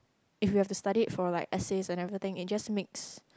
if you have to study it for like essays and everything it just makes